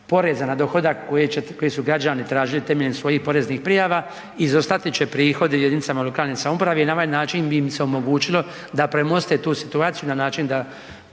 poreza na dohodak koji su građani tražili temeljem svojih poreznih prijava, izostati će prihodi jedinicama lokalne samouprave i na ovaj način bi im se omogućilo da premoste tu situaciju na način da